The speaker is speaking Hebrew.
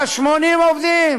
אבל 80 עובדים,